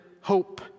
hope